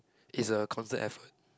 is a constant effort